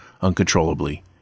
uncontrollably